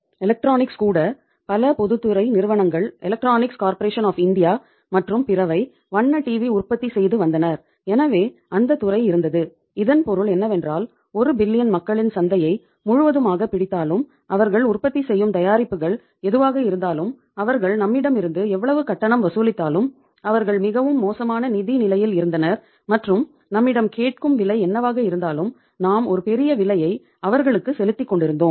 electronics மக்களின் சந்தையை முழுவதுமாக பிடித்தாலும் அவர்கள் உற்பத்தி செய்யும் தயாரிப்புகள் எதுவாக இருந்தாலும் அவர்கள் நம்மிடமிருந்து எவ்வளவு கட்டணம் வசூலித்தாலும் அவர்கள் மிகவும் மோசமான நிதி நிலையில் இருந்தனர் மற்றும் நம்மிடம் கேட்கும் விலை என்னவாக இருந்தாலும் நாம் ஒரு பெரிய விலையை அவர்களுக்கு செலுத்திக்கொண்டிருந்தோம்